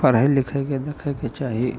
पढ़ै लिखैके देखैके चाही